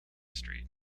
street